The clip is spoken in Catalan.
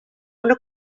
una